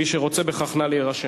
מי שרוצה בכך, נא להירשם.